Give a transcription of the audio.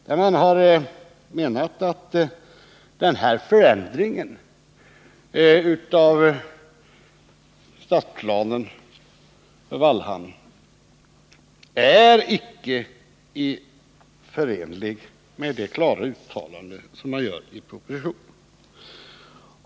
De har menat att denna förändring i stadsplanen för Vallhamn icke är förenlig med det klara uttalande som görs i propositionen.